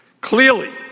Clearly